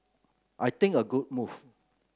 I think a good move